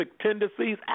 tendencies